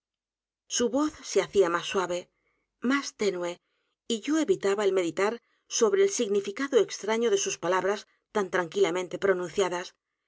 su voz se hacía más suave más tenue y yo evitaba el meditar sobre el significado extraño de sus palabras tan tranquilamente pronunciadas